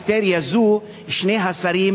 שהיא הכחשה,